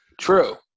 True